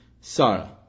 Sarah